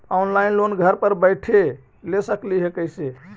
Online loan घर बैठे ले सकली हे, कैसे?